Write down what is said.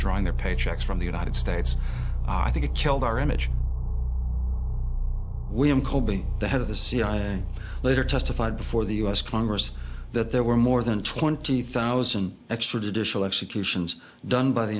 drawing their paychecks from the united states i think it killed our image william colby the head of the cia later testified before the u s congress that there were more than twenty thousand extrajudicial executions done by the